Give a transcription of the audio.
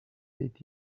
did